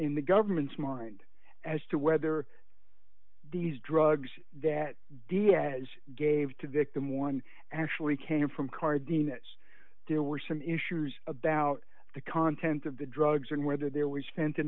in the government's mind as to whether these drugs that diaz gave to victim one actually came from cardenas there were some issues about the content of the drugs and whether there we spent